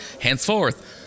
henceforth